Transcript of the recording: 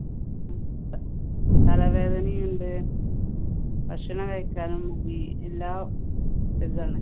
തലവേദനയുണ്ട് ഭക്ഷണം കഴിക്കാനും മടി എല്ലാം ഇതാണ്